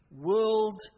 world